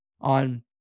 on